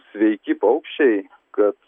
sveiki paukščiai kad